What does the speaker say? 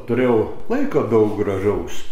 turėjau laiko daug gražaus